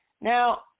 Now